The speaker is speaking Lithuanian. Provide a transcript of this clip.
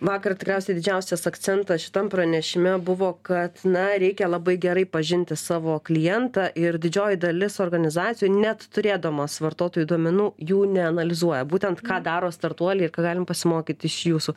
vakar tikriausiai didžiausias akcentas šitam pranešime buvo kad na reikia labai gerai pažinti savo klientą ir didžioji dalis organizacijų net turėdamos vartotojų duomenų jų neanalizuoja būtent ką daro startuoliai ir ką galim pasimokyt iš jūsų